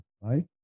right